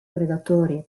predatori